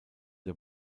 der